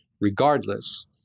regardless